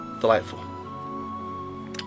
delightful